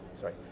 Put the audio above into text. sorry